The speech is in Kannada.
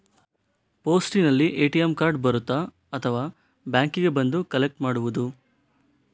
ಪೋಸ್ಟಿನಲ್ಲಿ ಎ.ಟಿ.ಎಂ ಕಾರ್ಡ್ ಬರುತ್ತಾ ಅಥವಾ ಬ್ಯಾಂಕಿಗೆ ಬಂದು ಕಲೆಕ್ಟ್ ಮಾಡುವುದು?